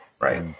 right